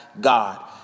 God